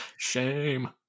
Shame